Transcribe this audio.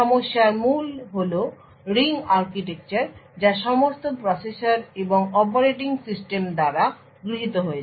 সমস্যার মূল হল রিং আর্কিটেকচার যা সমস্ত প্রসেসর এবং অপারেটিং সিস্টেম দ্বারা গৃহীত হয়েছে